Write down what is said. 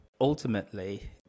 ultimately